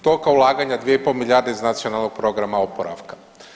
Tolika ulaganja 2,5 milijarde iz Nacionalnog programa oporavka.